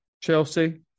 Chelsea